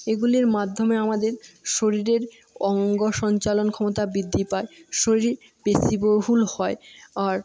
এগুলির মাধ্যমে আমাদের শরীরের অঙ্গ সঞ্চালন ক্ষমতা বৃদ্ধি পায় শরীর পেশিবহুল হয় আর